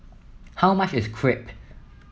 how much is Crepe